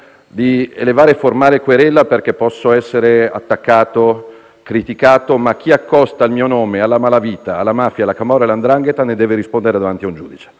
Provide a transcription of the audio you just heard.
di elevare formale querela, perché posso essere attaccato o criticato, ma chi accosta il mio nome alla malavita, alla mafia, alla camorra e alla 'ndrangheta, ne deve rispondere davanti a un giudice,